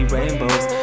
Rainbows